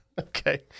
Okay